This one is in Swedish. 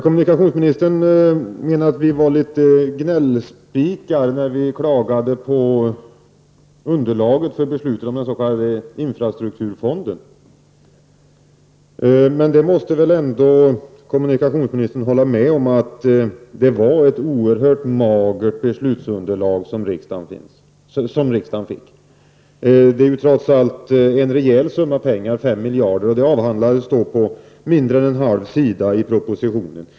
Kommunikationsministern menar att vi var litet gnällspikar när vi klagade på underlaget för beslutet om den s.k. infrastrukturfonden. Men kommunikationsministern måste väl ändå hålla med om att det var ett oerhört magert beslutsunderlag som riksdagen fick. 5 miljarder är trots allt en rejäl summa pengar, som avhandlades på mindre än en halv sida i propositionen.